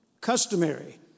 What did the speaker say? customary